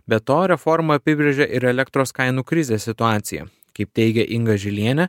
be to reforma apibrėžė ir elektros kainų krizės situaciją kaip teigia inga žilienė